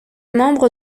membre